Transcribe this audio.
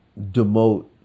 demote